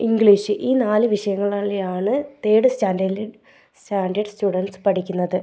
English ഈ നാല് വിഷയങ്ങളാണ് തേഡ് സ്റ്റാൻ്റേഡിൽ സ്റ്റാൻ്റേഡ് സ്റ്റുഡൻസ് പഠിക്കുന്നത്